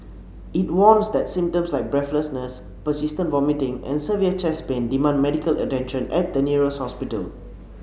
it warns that symptoms like breathlessness persistent vomiting and severe chest pain demand medical attention at the nearest hospital